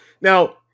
Now